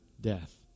death